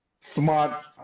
smart